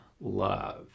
love